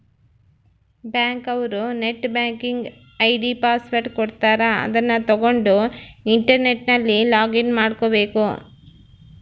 bank ಅವ್ರು net banking ID password ಕೊಡ್ತಾರ ಅದುನ್ನ ತಗೊಂಡ್ ಇಂಟರ್ನೆಟ್ ಅಲ್ಲಿ ಲೊಗಿನ್ ಮಾಡ್ಕಬೇಕು